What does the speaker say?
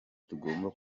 tugomba